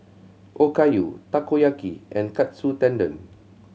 Okayu Takoyaki and Katsu Tendon